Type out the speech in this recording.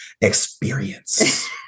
experience